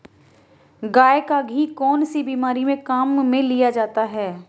गाय का घी कौनसी बीमारी में काम में लिया जाता है?